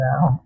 now